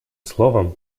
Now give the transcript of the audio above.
словом